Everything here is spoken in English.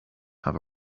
have